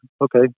okay